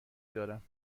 دارم